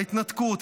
להתנתקות,